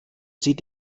sie